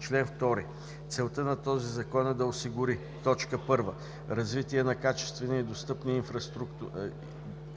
„Чл. 2. Целта на този закон е да осигури: 1. развитие на качествени и достъпни